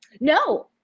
No